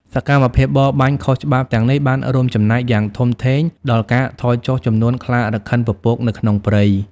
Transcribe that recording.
សកម្មភាពបរបាញ់ខុសច្បាប់ទាំងនេះបានរួមចំណែកយ៉ាងធំធេងដល់ ការថយចុះចំនួនខ្លារខិនពពកនៅក្នុងព្រៃ។